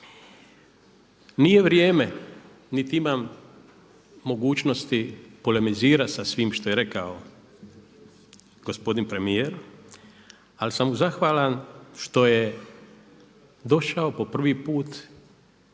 Nije vrijeme niti imam mogućnosti polemizirati sa svim što je rekao gospodin premijer al sam mu zahvalan što je došao po prvi put